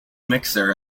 mixer